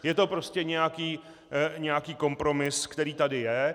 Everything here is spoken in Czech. Je to prostě nějaký kompromis, který tady je.